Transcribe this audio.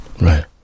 Right